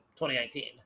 2019